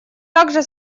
также